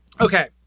Okay